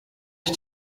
ich